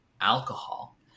alcohol